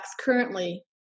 currently